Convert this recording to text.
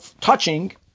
touching